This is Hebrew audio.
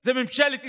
זה ממשלת ישראל.